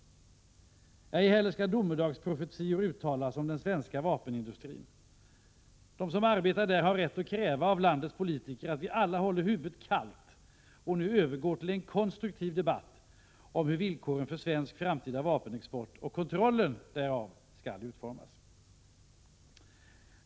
Ej heller skall domedagsprofetior uttalas om den svenska vapenindustrin. De som arbetar där har rätt att kräva av landets politiker att vi alla håller huvudet kallt och nu övergår till en konstruktiv debatt om hur villkoren för svensk framtida vapenexport och kontrollen därav skall utformas.